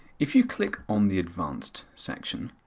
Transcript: if you click on the advanced section,